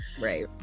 Right